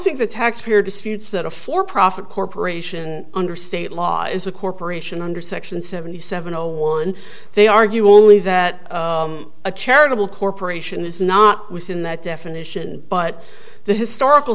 think the taxpayer disputes that a for profit corporation under state law is a corporation under section seventy seven zero one they argue only that a charitable corporation is not within that definition but the historical